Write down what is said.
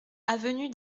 avenue